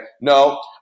no